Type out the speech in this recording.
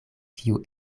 kiu